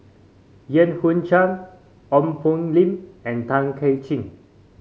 Yan Hui Chang Ong Poh Lim and Tay Kay Chin